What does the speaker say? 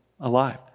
alive